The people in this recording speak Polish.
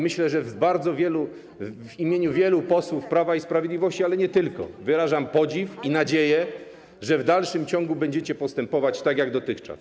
Myślę, że w imieniu wielu posłów Prawa i Sprawiedliwości, ale nie tylko, wyrażam podziw i nadzieję, że w dalszym ciągu będziecie postępować tak jak dotychczas.